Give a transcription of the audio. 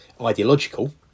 ideological